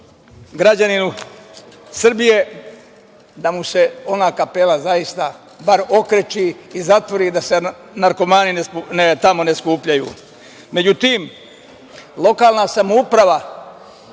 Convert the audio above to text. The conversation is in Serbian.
građaninu Srbije, da mu se ona kapela zaista bar okreči i zatvori da se narkomani tamo ne skupljaju. Međutim, lokalna samouprava